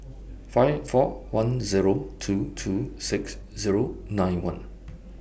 five four one Zero two two six Zero nine one